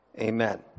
amen